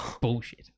Bullshit